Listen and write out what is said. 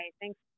thanks